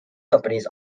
companies